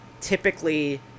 typically